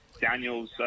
Daniel's